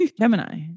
Gemini